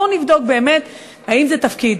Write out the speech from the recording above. בואו נבדוק באמת אם זה תפקיד,